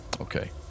Okay